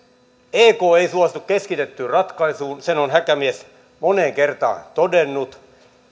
ek ei suostu keskitettyyn ratkaisuun sen on häkämies moneen kertaan todennut